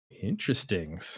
Interesting